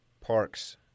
Parks